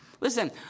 Listen